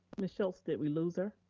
ms. schulz, did we lose her?